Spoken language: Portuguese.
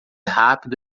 rápido